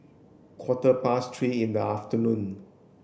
quarter past three in the afternoon